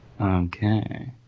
Okay